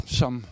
som